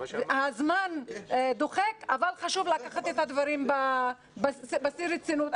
הזמן דוחק, אבל חשוב לקחת את הדברים בשיא הרצינות.